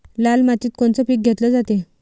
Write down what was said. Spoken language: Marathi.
लाल मातीत कोनचं पीक घेतलं जाते?